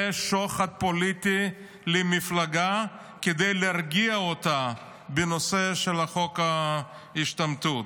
זה שוחד פוליטי למפלגה כדי להרגיע אותה בנושא של חוק ההשתמטות.